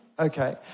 Okay